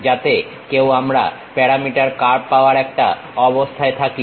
যাতে কেউ আমরা প্যারামিটার কার্ভ পাওয়ার একটা অবস্থায় থাকি